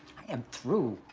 i am through,